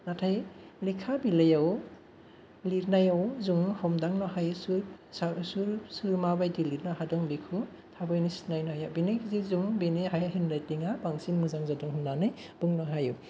नाथाय लेखा बिलाइ आव लिरनायाव जों हमदांनो हायो जे सोर माबादि लिरनो हादों बेखौ थाबैनो सिनायनो हायो बिनि गेजेरजों बिनि हेनदराइथिंआ बांसिन मोजां जादों होननानै बुंनो हायो